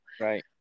Right